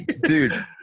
Dude